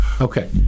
Okay